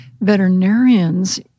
veterinarians